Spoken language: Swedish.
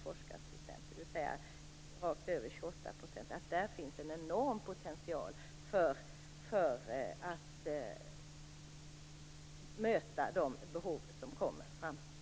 I genomsnitt blir det 28 %. Vi är naturligtvis överens om att det här finns en enorm potential för att möta de behov som kommer framdeles.